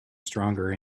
stronger